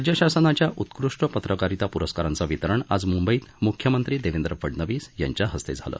राज्यशासनाच्या उत्कृष्ठ पत्रकारिता प्रस्कारांचं वितरण आज मंबईत मृख्यमंत्री देवेंद्र फडनवीस यांच्याहस्ते झालं